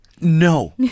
No